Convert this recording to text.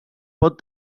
pot